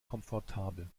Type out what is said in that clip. komfortabel